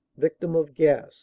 victim of gas